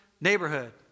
neighborhood